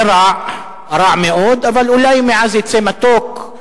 זה רע, רע מאוד, אבל אולי מעז יצא מתוק,